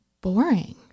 boring